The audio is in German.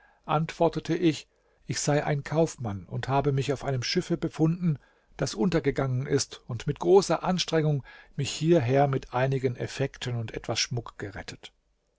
antwortete ich ich sei ein kaufmann und habe mich auf einem schiffe befunden das untergegangen ist und mit großer anstrengung mich hierher mit einigen effekten und etwas schmuck gerettet